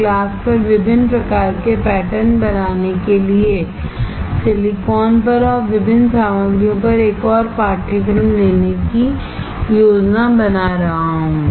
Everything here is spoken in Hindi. मैं ग्लास पर विभिन्न प्रकार के पैटर्न बनाने के लिए सिलिकॉन पर और विभिन्न सामग्रियों पर एक और पाठ्यक्रम लेने की योजना बना रहा हूं